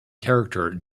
character